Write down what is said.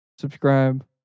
subscribe